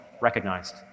recognized